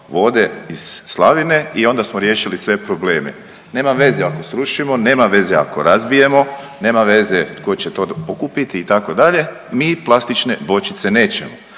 vode iz slavine i onda smo riješili sve probleme, nema veze ako srušimo, nema veze ako razbijemo, nema veze tko će to pokupiti itd., mi plastične bočice nećemo.